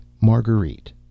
Marguerite